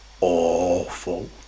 awful